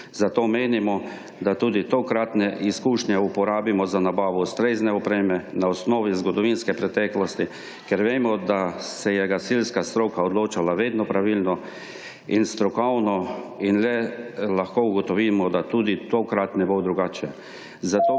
zato menimo, da tudi tokratne izkušnje uporabimo za nabavo ustrezne opreme na osnovi zgodovinske preteklosti, ker vemo, da se je gasilska stroka odločala vedno pravilno in strokovno in le lahko ugotovimo, da tudi tokrat ne bo drugače,